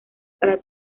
para